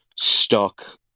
stuck